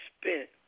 spent